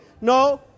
no